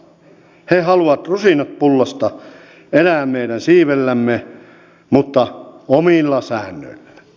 he haluavat rusinat pullasta elää meidän siivellämme mutta omilla säännöillään